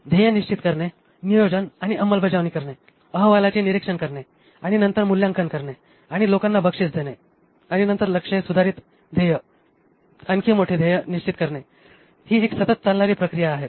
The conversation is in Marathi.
ध्येय निश्चित करणे नियोजन आणि अंमलबजावणी करणे अहवालाचे निरीक्षण करणे आणि नंतर मूल्यांकन करणे आणि लोकांना बक्षीस देणे आणि नंतर लक्ष्ये सुधारित ध्येय आणखी मोठे ध्येय निश्चित करणे ही एक सतत चालणारी प्रक्रिया आहे